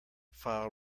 file